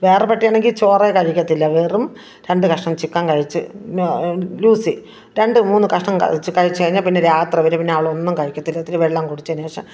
വേറെ ഒരു പട്ടിയാണെങ്കിൽ ചോറെ കഴിക്കത്തില്ല വെറും രണ്ട് കഷ്ണം ചിക്കൻ കഴിച്ച് ലൂസി രണ്ട് മൂന്ന് കഷ്ണം കഴിച്ചു കഴിഞ്ഞാൽ പിന്നെ രാത്രി വരെ പിന്നെ അവളൊന്നും കഴിക്കത്തില്ല ഇത്തിരി വെള്ളം കുടിച്ചതിന് ശേഷം